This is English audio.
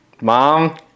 Mom